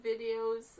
videos